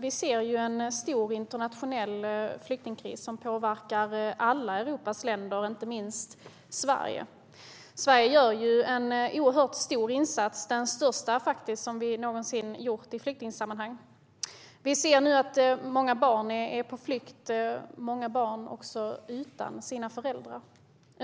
Vi ser en stor internationell flyktingkris som påverkar alla Europas länder, inte minst Sverige. Sverige gör en oerhört stor insats. Det är faktiskt den största som vi någonsin har gjort i flyktingsammanhang. Vi ser nu att många barn är på flykt, och många är på flykt utan sina föräldrar.